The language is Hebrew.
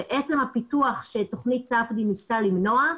בעצם הפיתוח של תכנית ספדי ניסתה למנוע,